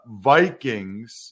Vikings